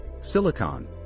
silicon